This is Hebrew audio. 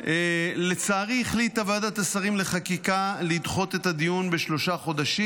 לצערי החליטה ועדת השרים לחקיקה לדחות את הדיון בשלושה חודשים.